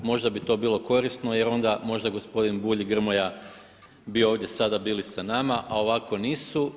Možda bi to bilo korisno jer onda možda gospodin Bulj i Grmoja bi ovdje sada bili sa nama a ovako nisu.